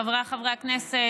חבריי חברי הכנסת,